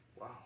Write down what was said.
Wow